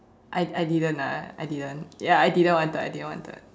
I I didn't ah I didn't ya I didn't wanted I didn't wanted